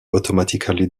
automatically